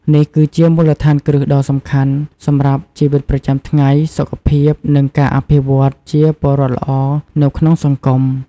នេះគឺជាមូលដ្ឋានគ្រឹះដ៏សំខាន់សម្រាប់ជីវិតប្រចាំថ្ងៃ សុខភាព និងការអភិវឌ្ឍជាពលរដ្ឋល្អនៅក្នុងសង្គម។